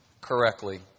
correctly